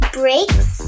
breaks